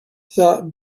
that